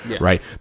right